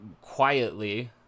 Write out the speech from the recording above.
quietly